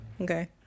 okay